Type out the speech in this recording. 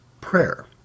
prayer